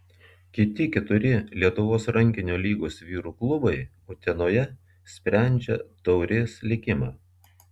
kiti keturi lietuvos rankinio lygos vyrų klubai utenoje sprendžia taurės likimą